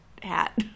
hat